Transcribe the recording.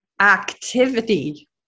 activity